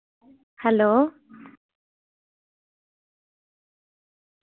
hello